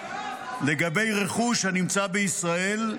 לגבי רכוש הנמצא בישראל,